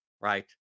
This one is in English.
right